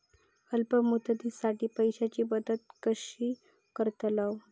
अल्प मुदतीसाठी पैशांची बचत कशी करतलव?